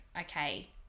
okay